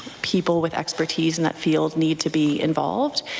people with expertise in that field need to be involved.